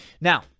Now